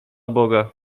boga